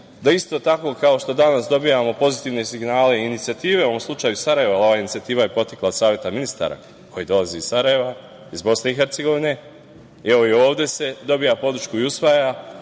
da isto tako kao što danas dobijamo pozitivne signale i inicijative u ovom slučaju iz Sarajeva, ova inicijativa je potekla od Saveta ministara koji dolaze iz Sarajeva, iz BiH, i evo i ovde dobija podršku i usvaja,